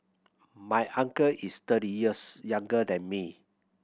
my uncle is thirty years younger than me